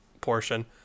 portion